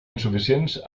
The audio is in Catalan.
insuficients